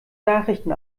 nachrichten